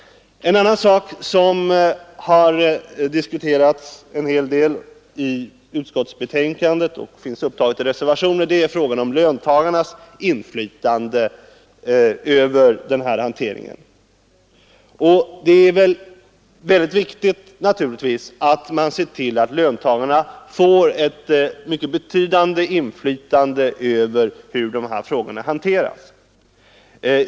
En annan sak som har diskuterats en hel i del i utskottsbetänkandet och tagits upp i reservationer är löntagarnas inflytande över den här hanteringen. Det är naturligtvis mycket viktigt att man ser till att löntagarna får ett betydande inflytande över hur dessa frågor hanteras.